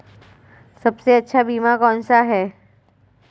सबसे अच्छा बीमा कौनसा है?